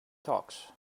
talks